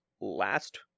last